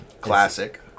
Classic